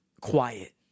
Quiet